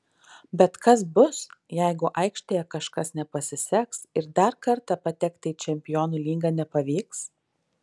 bet kas bus jeigu aikštėje kažkas nepasiseks ir dar kartą patekti į čempionų lygą nepavyks